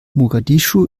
mogadischu